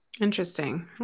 Interesting